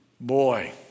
Boy